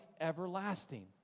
everlasting